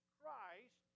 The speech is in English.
Christ